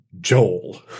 Joel